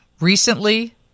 recently